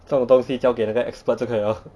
这个东西交给那个 experts 就可以了